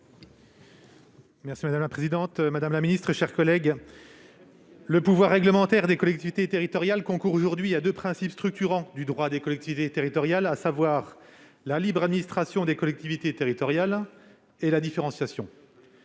: La parole est à M. Ludovic Haye. Le pouvoir réglementaire des collectivités territoriales concourt aujourd'hui à deux principes structurants du droit des collectivités territoriales : la libre administration des collectivités territoriales et la différenciation.